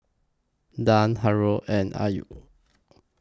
Dian Haron and Ayu